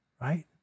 right